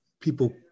people